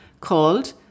called